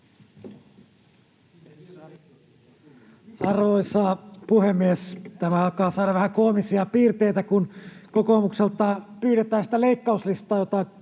Arvoisa puhemies! Tämä alkaa saada vähän koomisia piirteitä. Kun kokoomukselta pyydetään sitä leikkauslistaa,